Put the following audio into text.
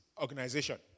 Organization